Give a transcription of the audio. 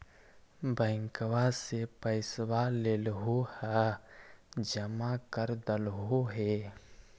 बैंकवा से पैसवा लेलहो है जमा कर देलहो हे?